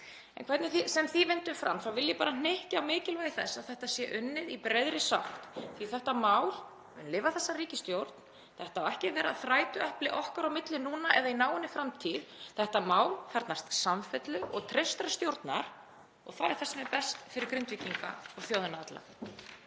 En hvernig sem því vindur fram þá vil ég bara hnykkja á mikilvægi þess að þetta sé unnið í breiðri sátt því að þetta mál mun lifa þessa ríkisstjórn. Þetta á ekki að vera þrætuepli okkar á milli núna eða í náinni framtíð. Þetta mál þarfnast samfellu og traustrar stjórnar og það er það sem er best fyrir Grindvíkinga og þjóðina alla.